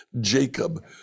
Jacob